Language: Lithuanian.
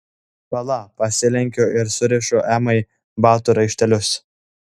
pala pasilenkiu ir surišu emai batų raištelius